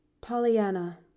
pollyanna